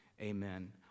amen